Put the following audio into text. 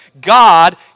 God